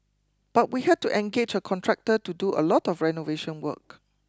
but we had to engage a contractor to do a lot of renovation work